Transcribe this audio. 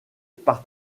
par